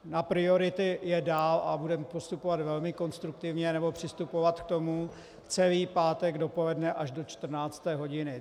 Na priority je dál, a budeme postupovat velmi konstruktivně, nebo přistupovat k tomu, celý pátek dopoledne až do 14. hodiny.